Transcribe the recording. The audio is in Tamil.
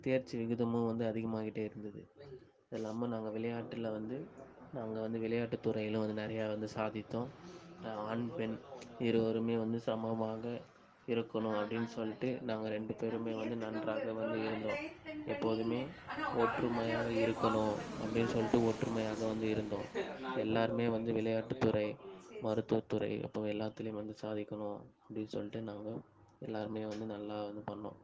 தேர்ச்சி விகிதமும் வந்து அதிகமாயிக்கிட்டே இருந்தது அதுல்லாமல் நாங்கள் விளையாட்டில் வந்து நாங்கள் வந்து விளையாட்டுத் துறையில் வந்து நிறையா வந்து சாதித்தோம் ஆண் பெண் இருவருமே வந்து சமமாக இருக்கணும் அப்படின்னு சொல்லிட்டு நாங்கள் ரெண்டு பேருமே வந்து நன்றாக வந்து இருந்தோம் எப்போதுமே ஒற்றுமையாக இருக்கணும் அப்படின்னு சொல்லிட்டு ஒற்றுமையாக வந்து இருந்தோம் எல்லாருமே வந்து விளையாட்டுத்துறை மருத்துவத்துறை அப்போ எல்லாத்துலையும் வந்து சாதிக்கணும் அப்படின்னு சொல்லிட்டு நாங்கள் எல்லாருமே வந்து நல்லா வந்து பண்ணோம்